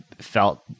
felt